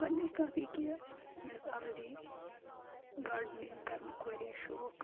گۄڈٕنِچ کَتھ یہِ کہِ مےٚ ٲس آلریڈی گاڈنِنٛگ کَرنُک واریاہ شوق